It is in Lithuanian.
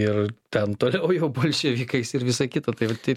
ir ten toliau jau bolševikais ir visa kita tai vat ir